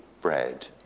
bread